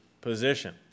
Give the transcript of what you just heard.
position